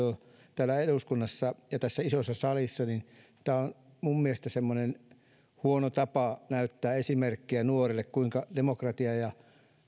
täällä eduskunnassa ja tässä isossa salissa on minun mielestäni huono tapa näyttää esimerkkiä nuorille kuinka demokratia ja